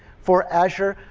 for azure,